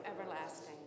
everlasting